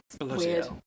weird